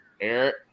Eric